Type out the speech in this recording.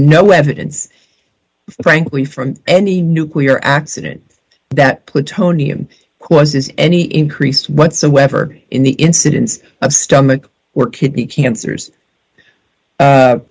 no evidence frankly from any nuclear accident that plutonium causes any increase whatsoever in the incidence of stomach or kidney cancers